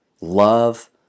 Love